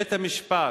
בית-המשפט,